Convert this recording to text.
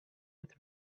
with